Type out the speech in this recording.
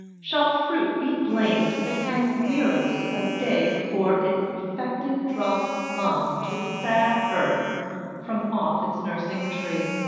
shall fruit be blamed if it hang wearily a day before it perfected drop plumb to the sad earth from off its nursing tree?